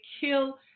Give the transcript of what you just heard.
kill